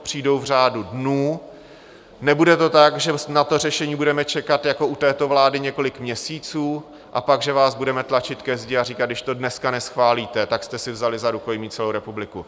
Přijdou v řádu dnů, nebude to tak, že na to řešení budeme čekat jako u této vlády několik měsíců a pak že vás budeme tlačit ke zdi a říkat: Když to dneska neschválíte, tak jste si vzali za rukojmí celou republiku.